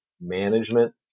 management